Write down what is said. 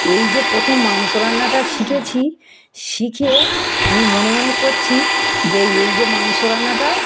এই যে প্রথম মাংস রান্নাটা শিখেছি শিখে আমি মনে মনে করছি যে এই যে মাংস রান্নাটা